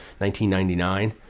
1999